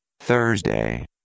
Thursday